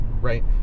right